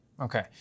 Okay